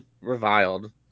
reviled